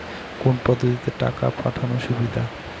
কোন পদ্ধতিতে টাকা পাঠানো সুবিধা?